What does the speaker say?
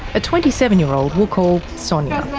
a twenty seven year old we'll call sonia.